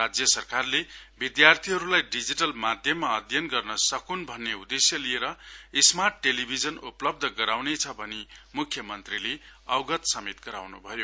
राज्य सरकारले विधार्थीहरुलाई डिजिटल माध्यममा अध्ययन गर्न सकून भन्न उदेश्य लिएर स्मार्ट टेलिभिजन उपलब्ध गराँउने भनि मुख्य मन्त्रीले अवगत गराउँनु भयो